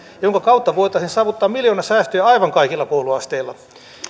jonka kautta voitaisiin saavuttaa miljoonasäästöjä aivan kaikilla kouluasteilla